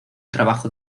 trabajo